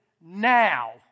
Now